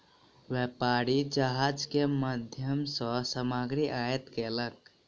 व्यापारी जहाज के माध्यम सॅ सामग्री आयात केलक